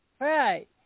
Right